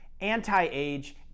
anti-age